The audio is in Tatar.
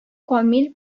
камил